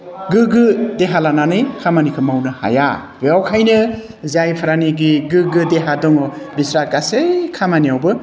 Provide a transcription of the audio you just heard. गोग्गो देहा लानानै खामानिखौ मावनो हाया बेखायनो जायफोरानिकि गोग्गो देहा दङ बिस्रा गासै खामानियावबो